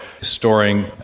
storing